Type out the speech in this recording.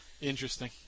Interesting